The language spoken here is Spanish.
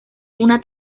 una